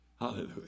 Hallelujah